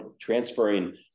transferring